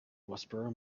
whisperer